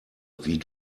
wie